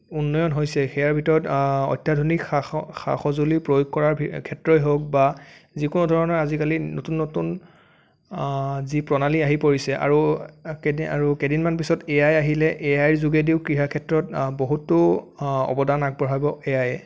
উন্নয়ন হৈছে সেয়াৰ ভিতৰত অত্যাধুনিক সা সঁ সা সঁজুলি প্ৰয়োগ কৰা ক্ষেত্ৰই হওক বা যিকোনো ধৰণৰ আজিকালি নতুন নতুন যি প্ৰণালী আহি পৰিছে আৰু কেইদি কেইদিনমান পিছত এ আই আহিলে এ আইৰ যোগেদিও ক্ৰীড়া ক্ষেত্ৰত বহুতো অৱদান আগবঢ়াব এ আইয়ে